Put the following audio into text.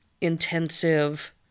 intensive